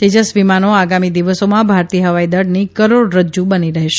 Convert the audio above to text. તેજસ વિમાનો આગામી દિવસોમાં ભારતીય હવાઇ દળની કરોડરજ્જુ બની રહેશે